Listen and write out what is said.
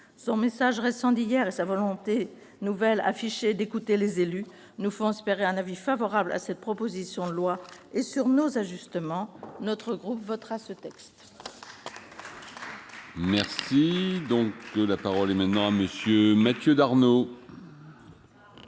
Son récent message et sa volonté désormais affichée d'écouter les élus nous font espérer un avis favorable à cette proposition de loi et à nos ajustements. Notre groupe votera ce texte.